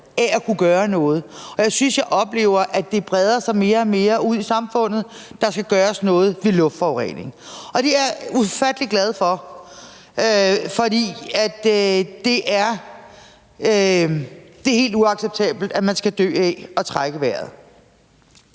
af at kunne gøre noget, og jeg synes, jeg oplever, at det breder sig mere og mere ud i samfundet – der skal gøres noget ved luftforureningen. Og det er jeg ufattelig glad for, for det er helt uacceptabelt, at man skal dø af at trække vejret.